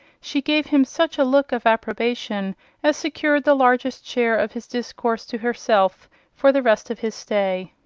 she gave him such a look of approbation as secured the largest share of his discourse to herself for the rest of his stay.